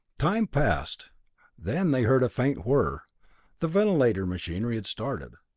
time passed then they heard a faint whir the ventilator machinery had started.